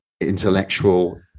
intellectual